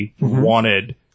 wanted